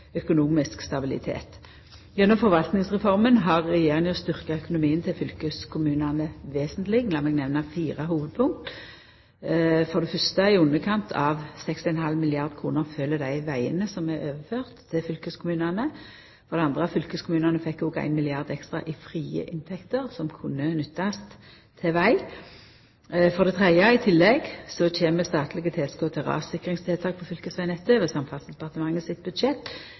vesentleg. Lat meg nemna fire hovudpunkt: I underkant av 6,5 milliardar kr følgjer dei vegane som er overførde til fylkeskommunane. Fylkeskommunane fekk òg 1 milliard kr ekstra i frie inntekter, som kunne nyttast til veg. I tillegg kjem statleg tilskot til rassikringstiltak på fylkesvegnettet over Samferdselsdepartementet sitt budsjett.